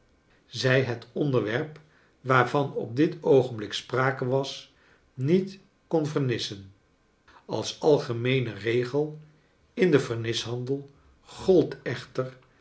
zrj het onderwerp waarvan op dit oogenblik sprake was niet kon vernissen als algemeenen regel in den vernishandel gold echter